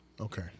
Okay